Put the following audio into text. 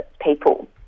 people